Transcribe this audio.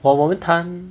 我我们谈